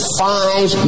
five